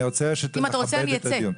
אם אתה רוצה, אני אצא.